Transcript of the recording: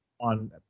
on